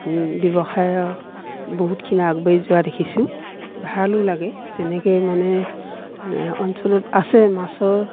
ব্যৱসায়ৰ বহুতখিনি আগবাঢ়ি যোৱা দেখিছোঁ ভালো লাগে যেনেকৈ মানে অঞ্চলত আছে মাছৰ